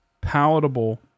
palatable